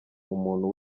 umuntu